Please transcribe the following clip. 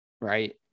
Right